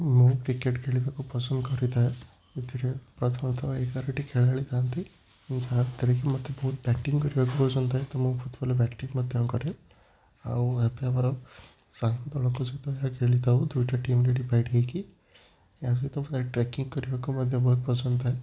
ମୁଁ କ୍ରିକେଟ୍ ଖେଳିବାକୁ ପସନ୍ଦ କରିଥାଏ ସେଥିରେ ପ୍ରଥମତଃ ଏଗାରଟି ଖେଳାଳି ଥାଆନ୍ତି ଯାହା ଦ୍ୱାରା କି ମୋତେ ବହୁତ ବ୍ୟାଟିଂ କରିବାକୁ ପସନ୍ଦ ଥାଏ ତ ମୁଁ ବହୁତ ଭଲ ବ୍ୟାଟିଂ ମଧ୍ୟ କରେ ଆଉ ଏବେ ବରଂ ସାଙ୍ଗ ଦଳଙ୍କ ସହିତ ଖେଳିଥାଉ ଦୁଇଟା ଟିମରେ ଡିଭାଇଡ଼ ହେଇକି ଏହା ସହିତ କରିବାକୁ ମଧ୍ୟ ବହୁତ ପସନ୍ଦ କରେ